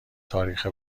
تاریخ